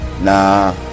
Nah